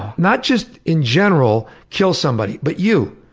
not just in general kill somebody, but you.